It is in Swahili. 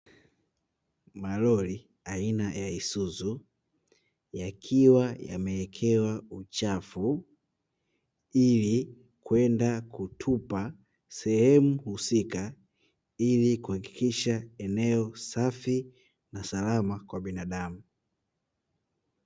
Malori aina ya isuzu yakiwa yamewekewa uchafu